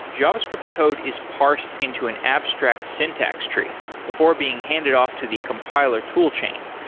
javascript code is parsed into an abstract syntax tree before being handed off to the compiler toolchain,